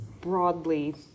broadly